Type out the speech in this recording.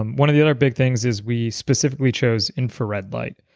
um one of the other big things is we specifically chose infrared light.